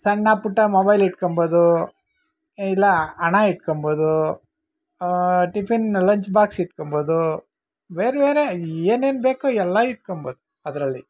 ಸಣ್ಣಪುಟ್ಟ ಮೊಬೈಲ್ ಇಟ್ಕೊಬೋದು ಇಲ್ಲ ಹಣ ಇಟ್ಕೊಬೋದು ಟಿಫಿನ್ ಲಂಚ್ ಬಾಕ್ಸ್ ಇಟ್ಕೊಬೋದು ಬೇರೆ ಬೇರೆ ಏನೇನು ಬೇಕೋ ಎಲ್ಲ ಇಟ್ಕೊಬೋದು ಅದರಲ್ಲಿ